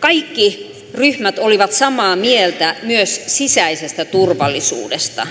kaikki ryhmät olivat samaa mieltä myös sisäisestä turvallisuudesta